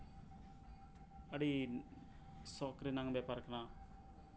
ᱟᱹᱰᱤ ᱥᱚᱠ ᱨᱮᱱᱟᱝ ᱵᱮᱯᱟᱨ ᱠᱟᱱᱟ